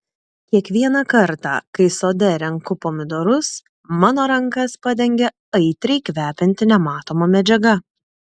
kiekvieną kartą kai sode renku pomidorus mano rankas padengia aitriai kvepianti nematoma medžiaga